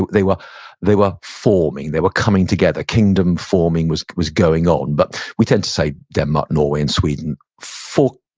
they were they were forming, they were coming together. kingdom forming was was going on, but we tend to say denmark, norway, and sweden for,